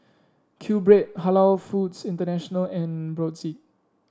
Q Bread Halal Foods International and Brotzeit